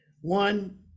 One